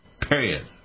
Period